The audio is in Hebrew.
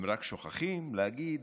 הם רק שוכחים להגיד